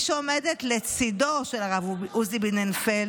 מי שעומדת לצידו של הרב עוזי ביננפלד,